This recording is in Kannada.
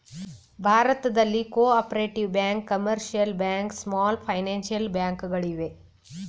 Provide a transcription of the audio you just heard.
ಭಾರತದಲ್ಲಿ cooperative banks, commercial banks, small finance bank ಗಳು ಇವೆ